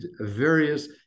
various